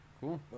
Cool